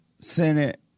Senate